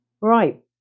right